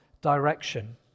direction